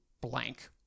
blank